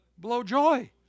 blowjoy